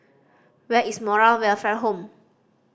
where is Moral Welfare Home